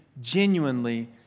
genuinely